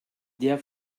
der